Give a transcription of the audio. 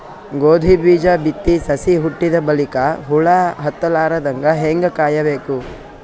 ಗೋಧಿ ಬೀಜ ಬಿತ್ತಿ ಸಸಿ ಹುಟ್ಟಿದ ಬಲಿಕ ಹುಳ ಹತ್ತಲಾರದಂಗ ಹೇಂಗ ಕಾಯಬೇಕು?